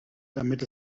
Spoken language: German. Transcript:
damit